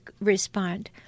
respond